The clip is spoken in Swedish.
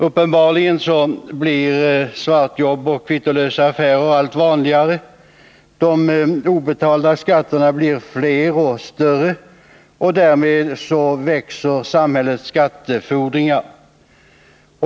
Uppenbarligen blir svartjobb och kvittolösa affärer allt vanligare, och de obetalda skatterna blir fler och beloppen större. Därmed växer samhällets skattefordringar.